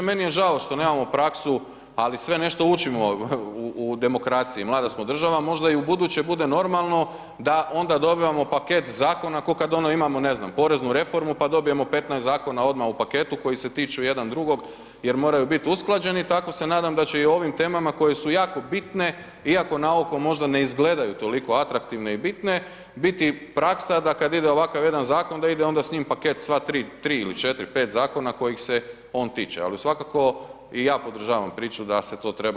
Meni je žao što nemamo praksu, ali sve nešto učimo u demokraciji, mlada smo država, možda i u buduće bude normalno da onda dobivamo paket Zakona k'o kad ono imamo, ne znam, poreznu reformu pa dobijemo 15 Zakona odmah u paketu koji se tiču jedan drugog, jer moraju biti usklađeni, tako se nadam da će i o ovim temama koje su jako bitne, iako na oko možda ne izgledaju toliko atraktivne i bitne, biti praksa da kad ide ovakav jedan Zakon, da ide onda s njim paket sva tri, tri ili četiri, pet Zakona kojih se on tiče, ali svakako i ja podržavam priču da se to treba sve uskladiti.